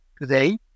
today